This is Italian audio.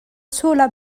sola